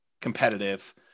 competitive